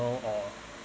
or